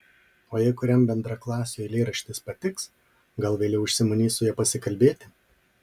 o jei kuriam bendraklasiui eilėraštis patiks gal vėliau užsimanys su ja pasikalbėti